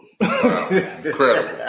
Incredible